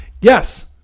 Yes